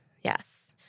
Yes